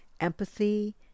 empathy